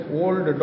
old